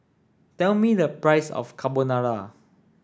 tell me the price of Carbonara